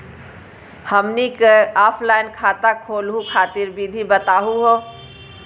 हमनी क ऑफलाइन खाता खोलहु खातिर विधि बताहु हो?